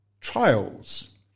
trials